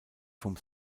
vom